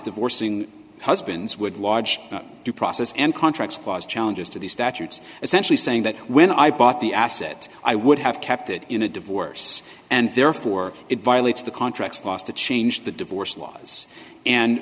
divorcing husbands would large due process and contracts cause challenges to the statutes essentially saying that when i bought the asset i would have kept it in a divorce and therefore it violates the contracts last to change the divorce laws and